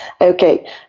Okay